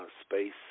space